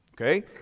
okay